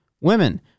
Women